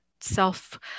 self